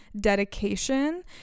dedication